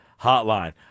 hotline